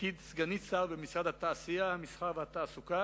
בתפקיד סגנית שר במשרד התעשייה, המסחר והתעסוקה,